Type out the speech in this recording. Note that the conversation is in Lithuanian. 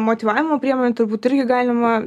motyvavimo priemonė turbūt irgi galima